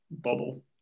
bubble